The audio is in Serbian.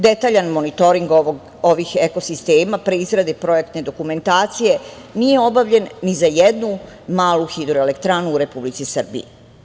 Detaljan monitoring ovih ekosistema pre izrade projektne dokumentacije nije obavljen ni za jednu malu hidroelektranu u Republici Srbiji.